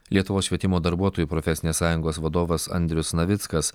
lietuvos švietimo darbuotojų profesinės sąjungos vadovas andrius navickas